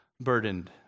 burdened